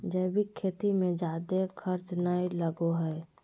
जैविक खेती मे जादे खर्च नय लगो हय